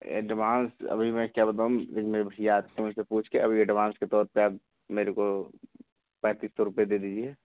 advance अभी मैं क्या बताऊँ एक मेरे भैया आते हैं उनसे पूछ के अभी एडवांस के तौर पर आप मेरे को पैंतीस सौ रुपये दे दीजिये